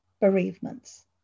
bereavements